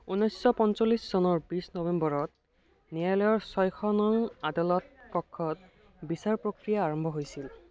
ঊনৈছশ পঞ্চল্লিছ চনৰ বিশ নৱেম্বৰত ন্যায়ালয়ৰ ছয়শ নং আদালত কক্ষত বিচাৰ প্ৰক্ৰিয়া আৰম্ভ হৈছিল